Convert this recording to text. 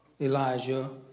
Elijah